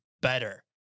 better